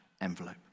envelope